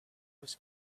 was